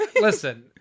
Listen